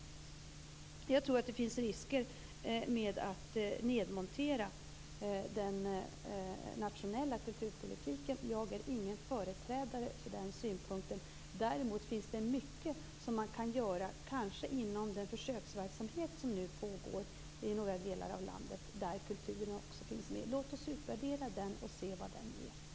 Jag tror att det finns risker med att nedmontera den nationella kulturpolitiken. Jag är ingen företrädare för den synpunkten. Däremot finns det mycket som man kan göra, kanske inom den försöksverksamhet som nu pågår i några delar av landet där kulturen också finns med. Låt oss utvärdera den och se vad den ger!